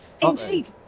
indeed